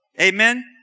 Amen